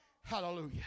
Hallelujah